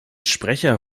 sprecher